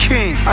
King